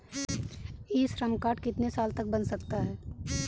ई Shram card कितने साल तक बन सकता है?